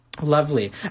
lovely